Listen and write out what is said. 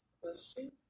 question